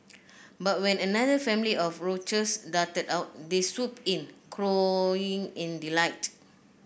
but when another family of roaches darted out they swooped in cawing in delight